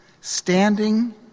standing